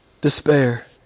despair